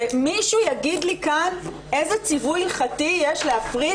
שמישהו יגיד לי כאן איזה ציווי הלכתי יש להפריד